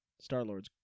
Star-Lord's